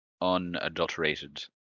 unadulterated